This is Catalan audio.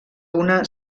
una